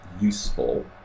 useful